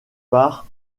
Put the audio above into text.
par